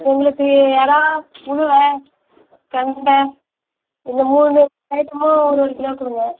எங்களுக்கு இறா உளுவை கெண்டை இந்த மூணு ஐட்டமும் ஓரு ஒரு கிலோ கொடுங்க